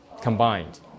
combined